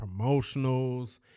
promotionals